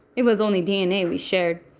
it was only dna we shared.